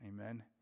Amen